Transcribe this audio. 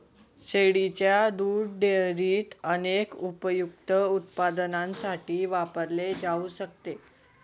शेळीच्या दुध डेअरीत अनेक उपयुक्त उत्पादनांसाठी वापरले जाऊ शकते